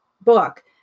book